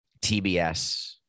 TBS